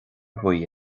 buí